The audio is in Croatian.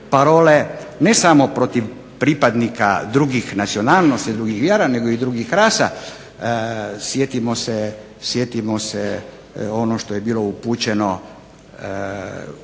ne samo protiv pripadnika drugih nacionalnosti, drugih vjera nego i drugih rasa. Sjetimo se ono što je bilo upućeno igračima